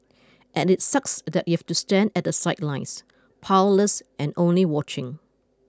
and it sucks that you've to stand at the sidelines powerless and only watching